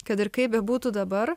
kad ir kaip bebūtų dabar